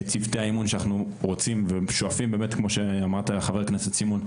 צוותי האימון שאנחנו רוצים ושואפים באמת כמו שאמרת חבר הכנסת סימון,